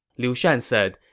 liu shan said,